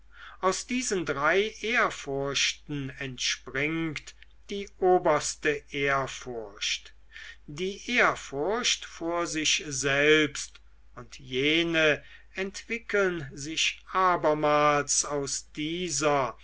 aus diesen drei ehrfurchten entspringt die oberste ehrfurcht die ehrfurcht vor sich selbst und jene entwickeln sich abermals aus dieser